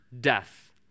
death